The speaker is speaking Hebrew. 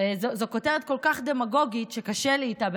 הרי זו כותרת כל כך דמגוגית שקשה לי איתה,